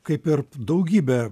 kaip ir daugybė